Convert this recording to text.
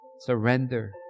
surrender